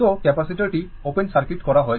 তো ক্যাপাসিটারটি open circuit করা হয়েছিল